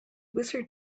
wizard